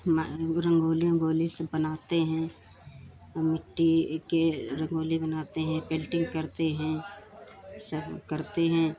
माँ रंगोली उन्गोली सब बनाते हैं औ मिट्टी के रंगोली बनाते हैं पेंटिंग करते हैं सब करते हैं